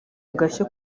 agashya